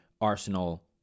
Arsenal